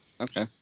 Okay